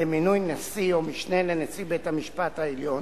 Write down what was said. למינוי נשיא או משנה לנשיא בית-המשפט העליון,